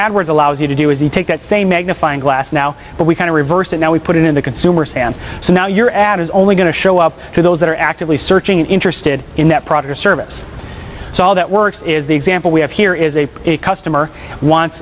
words allows you to do is you take that same magnifying glass now but we kind of reverse it now we put it in the consumer's hand so now your ad is only going to show up to those that are actively searching interested in that product or service so that works is the example we have here is a customer wants